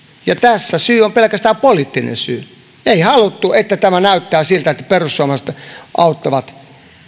ja tässä syy on pelkästään poliittinen syy ei haluttu että tämä näyttää siltä että perussuomalaiset auttavat